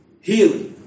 healing